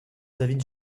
david